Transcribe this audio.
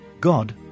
God